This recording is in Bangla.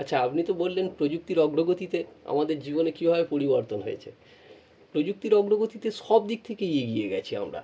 আচ্ছা আপনি তো বললেন প্রযুক্তির অগ্রগতিতে আমাদের জীবনে কীভাবে পরিবর্তন হয়েছে প্রযুক্তির অগ্রগতিতে সবদিক থেকেই এগিয়ে গেছি আমরা